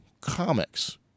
comics